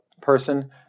person